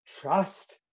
trust